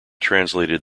translated